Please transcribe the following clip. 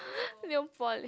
nail polish